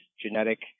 genetic